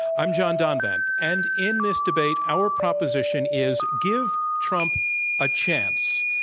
i'm john donvan, and in this debate, our proposition is, give trump a chance.